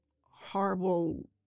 horrible